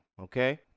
Okay